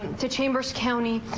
two chambers county.